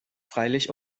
freilich